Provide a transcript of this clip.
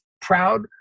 proud